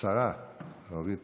אורית